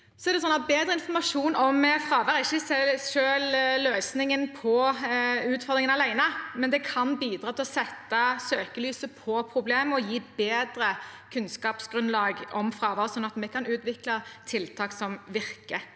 Bedre informasjon om fravær er ikke løsningen på utfordringen alene, men kan bidra til å sette søkelyset på problemet og gi et bedre kunnskapsgrunnlag om fravær, sånn at vi kan utvikle tiltak som virker.